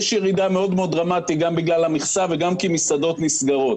יש ירידה דרמטית כי מסעדות נסגרות.